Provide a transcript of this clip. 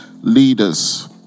leaders